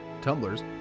tumblers